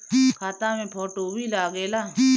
खाता मे फोटो भी लागे ला?